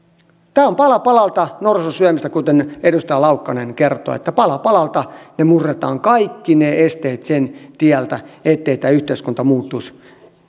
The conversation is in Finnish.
tämä on pala palalta norsun syömistä kuten edustaja laukkanen kertoi pala palalta me murramme kaikki ne esteet sen tieltä ettei tämä yhteiskunta muuttuisi